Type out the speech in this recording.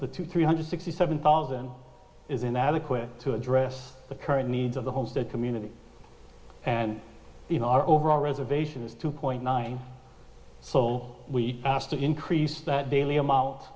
the two three hundred sixty seven thousand is inadequate to address the current needs of the homestead community and in our overall reservation two point nine sol we asked to increase that daily amount